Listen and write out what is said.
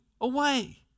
away